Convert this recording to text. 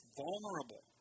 vulnerable